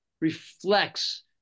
reflects